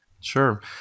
sure